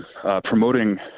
promoting